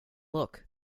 look